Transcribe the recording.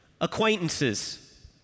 acquaintances